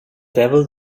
devil